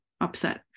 upset